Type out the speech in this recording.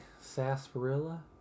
sarsaparilla